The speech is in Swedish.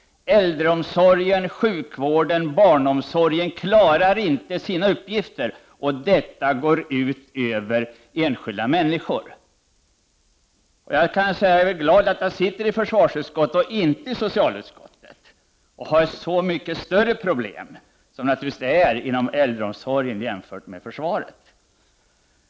Äldreomsorgen, sjukvården och barnomsorgen klarar inte sina uppgifter, och detta går ut över enskilda människor. Jag är glad över att jag sitter i försvarsutskottet och inte i socialutskottet med sina mycket större problem. Äldreomsorgen är naturligtvis ett större problem än försvaret.